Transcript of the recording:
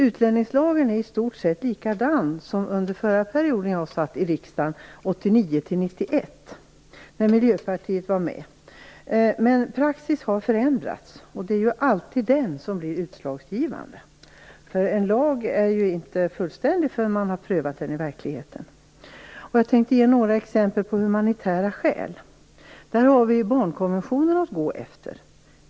Utlänningslagen är i stort sett likadan som under förra perioden då jag satt i riksdagen, 1989-1991. Men praxis har förändrats, och det är ju alltid den som blir utslagsgivande. En lag är ju inte fullständig förrän den har prövats i verkligheten. Jag vill ge några exempel på humanitära skäl. Vi har ju barnkonventionen att rätta oss efter.